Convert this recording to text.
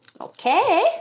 Okay